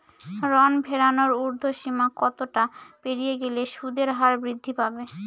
ঋণ ফেরানোর উর্ধ্বসীমা কতটা পেরিয়ে গেলে সুদের হার বৃদ্ধি পাবে?